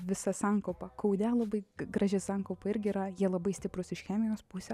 visa sankaupa kaune labai graži sankaupa irgi yra jie labai stiprūs iš chemijos pusės